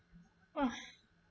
!wah!